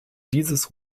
dieses